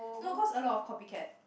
no cause a lot of copycat